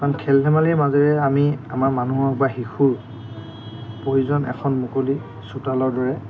কাৰণ খেল ধেমালিৰ মাজেৰে আমি আমাৰ মানুহক বা শিশুৰ প্ৰয়োজন এখন মুকলি চোতালৰ দৰে